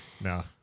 No